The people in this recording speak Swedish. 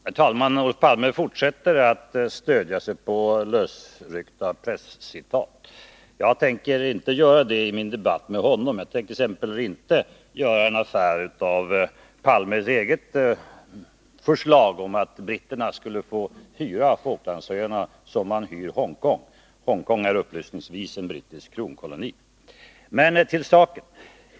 Herr talman! Olof Palme fortsätter att stödja sig på lösryckta presscitat. Jag tänker inte göra det i min debatt med honom. Jag tänker exempelvis inte göra en affär av Olof Palmes eget förslag om att britterna skulle få hyra Falklandsöarna på samma sätt som de hyr Hongkong. Hongkong är, upplysningsvis sagt, en brittisk kronkoloni. Till saken.